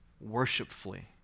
worshipfully